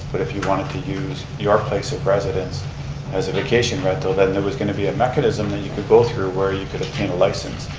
but if you wanted to use your place of residence as a vacation rental then there was going to be a mechanism that you could go through where you could obtain a license.